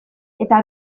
eta